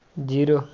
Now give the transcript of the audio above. zero